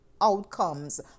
outcomes